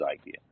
idea